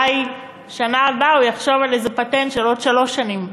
אולי בשנה הבאה הוא יחשוב על איזה פטנט של עוד שלוש שנים,